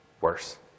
worse